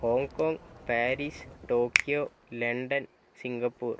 Hong Kong Paris Tokyo London Singapore